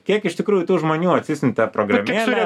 kiek iš tikrųjų tų žmonių atsisiuntė programėlę